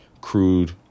crude